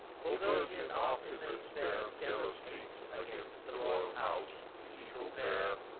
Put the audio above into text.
for virgin artemis bears jealous hate against the royal house, the eagle-pair,